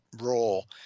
role